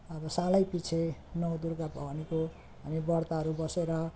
अब सालैपछि नौ दुर्गा भवानीको हामी व्रतहरू बसेर